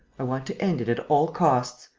i want to end it at all costs.